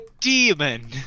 demon